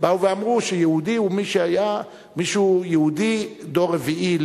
באו ואמרו שיהודי הוא מי שהוא יהודי דור רביעי,